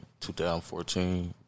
2014